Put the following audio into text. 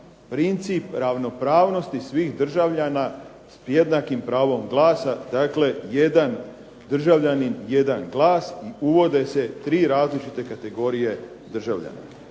princip ravnopravnosti svih državljana sa jednakim pravom glasa. Dakle, jedan državljanin jedan glas i uvode se tri kategorije različite državljana.